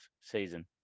season